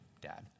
Dad